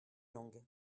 langue